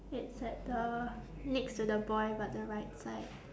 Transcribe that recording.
it's at the next to the boy but the right side